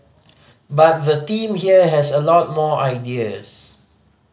but the team here has a lot more ideas